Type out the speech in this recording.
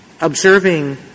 Observing